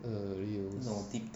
二六四